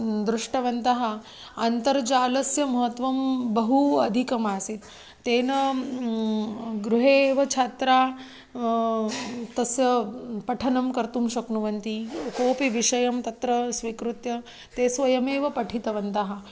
दृष्टवन्तः अन्तर्जालस्य महत्वं बहु अधिकमासीत् तेन गृहे एव छात्राः तस्य पठनं कर्तुं शक्नुवन्ति कोपि विषयं तत्र स्वीकृत्य ते स्वयमेव पठितवन्तः